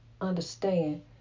Understand